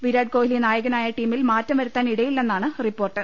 വിരാട് കോഹ്ലി നായകനായ ടീമിൽ മാറ്റം വരുത്താൻ ഇടയില്ലെന്നാണ് റിപ്പോർട്ട്